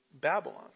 Babylon